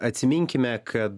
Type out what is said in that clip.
atsiminkime kad